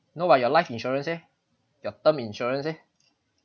no but your life insurance eh your term insurance eh